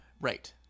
right